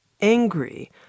angry